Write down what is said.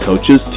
coaches